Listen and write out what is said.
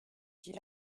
dit